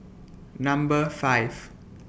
Number five